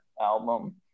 album